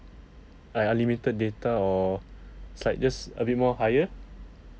ah unlimited data or slight just a bit more higher